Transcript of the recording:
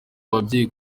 ababyeyi